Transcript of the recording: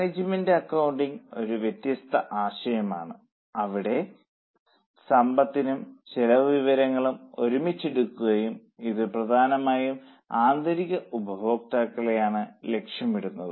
management accounting ഒരു വ്യത്യസ്ത ആശയമാണ് അവിടെ സാമ്പത്തികവും ചെലവ് വിവരങ്ങളും ഒരുമിച്ച് എടുക്കുകയും ഇത് പ്രധാനമായും ആന്തരിക ഉപയോക്താക്കളെ ലക്ഷ്യമിടുന്നു